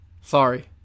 Sorry